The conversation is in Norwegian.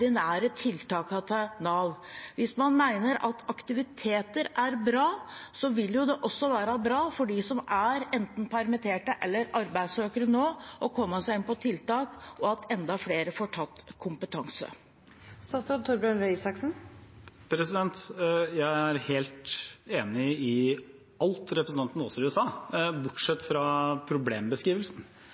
til Nav? Hvis man mener at aktiviteter er bra, vil det også være bra for dem som er enten permittert eller arbeidssøkere nå, å komme seg inn på tiltak, og at enda flere får påfyll av kompetanse. Jeg er helt enig i alt representanten Aasrud sa, bortsett fra problembeskrivelsen,